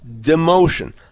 demotion